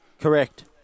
Correct